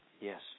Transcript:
Yes